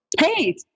Hey